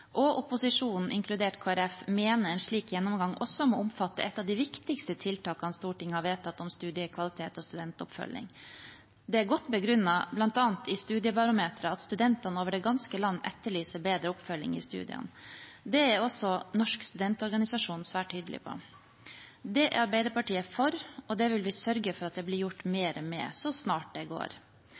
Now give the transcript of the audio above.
og opposisjonen, inkludert Kristelig Folkeparti, mener en slik gjennomgang også må omfatte et av de viktigste tiltakene Stortinget har vedtatt om studiekvalitet og studentoppfølging. Det er godt begrunnet, bl.a. i Studiebarometeret, at studenter over det ganske land etterlyser bedre oppfølging i studiene. Det er også Norsk studentorganisasjon svært tydelig på. Det er Arbeiderpartiet for, og det vil vi sørge for at blir gjort mer med så snart det går.